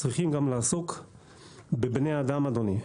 צריכים גם לעסוק בבני אדם אדוני,